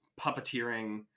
puppeteering